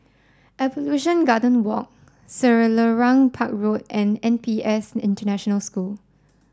Evolution Garden Walk Selarang Park Road and N P S International School